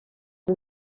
amb